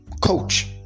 Coach